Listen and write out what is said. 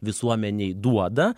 visuomenei duoda